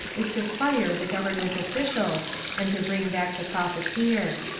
is to fire the government officials and to bring back the profiteer.